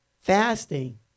fasting